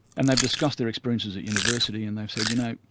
and they've discussed their experiences at university, and they've said, you know,